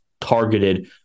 targeted